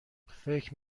فکر